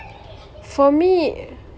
for me